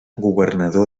governador